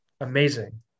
amazing